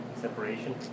separation